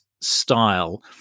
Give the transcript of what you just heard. style